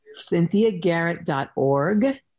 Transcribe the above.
CynthiaGarrett.org